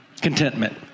Contentment